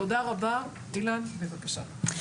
תודה רבה, אילן, בבקשה.